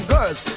Girls